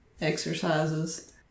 exercises